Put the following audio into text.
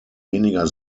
weniger